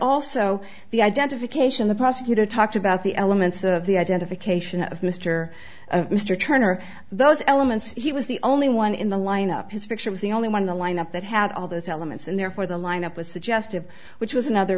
also the identification the prosecutor talked about the elements of the identification of mr mr turner those elements he was the only one in the lineup his picture was the only one in the lineup that had all those elements and therefore the lineup was suggestive which was another